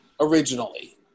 originally